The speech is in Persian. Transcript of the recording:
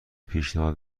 پیشنهاد